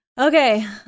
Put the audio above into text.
okay